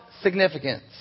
significance